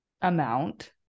amount